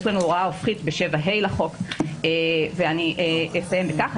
יש לנו הוראה הופכית ב-(7)ה לחוק, ואני אסיים בכך.